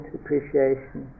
appreciation